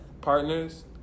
Partners